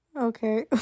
Okay